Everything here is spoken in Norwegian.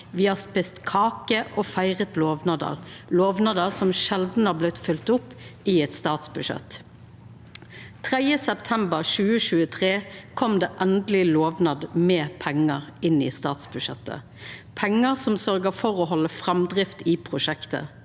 Me har ete kake og feira lovnadar – lovnadar som sjeldan har blitt følgde opp i eit statsbudsjett. 3. september 2023 kom det endeleg lovnad med pengar inn i statsbudsjettet, pengar som sørger for å halda framdrift i prosjektet.